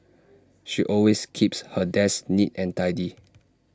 she always keeps her desk neat and tidy